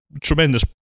Tremendous